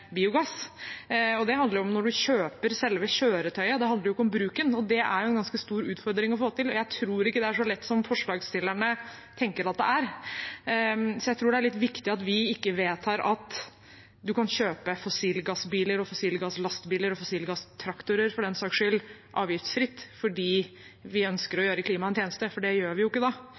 Det handler om når man kjøper selve kjøretøyet, det handler ikke om bruken, og det er en ganske stor utfordring å få til. Jeg tror ikke det er så lett som forslagsstillerne tenker at det er, så jeg tror det er litt viktig at vi ikke vedtar at man kan kjøpe fossilgassbiler og fossilgasslastebiler – og fossilgasstraktorer, for den saks skyld